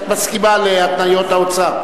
אתה מסכימה להתניות האוצר?